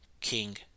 King